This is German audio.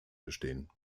bestehen